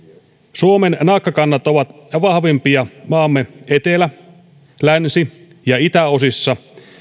suomen naakkakannat ovat vahvimpia maamme etelä länsi ja itäosissa